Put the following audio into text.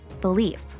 belief